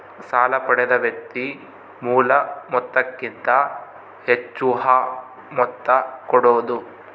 ಸಾಲ ಪಡೆದ ವ್ಯಕ್ತಿ ಮೂಲ ಮೊತ್ತಕ್ಕಿಂತ ಹೆಚ್ಹು ಮೊತ್ತ ಕೊಡೋದು